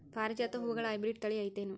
ಪಾರಿಜಾತ ಹೂವುಗಳ ಹೈಬ್ರಿಡ್ ಥಳಿ ಐತೇನು?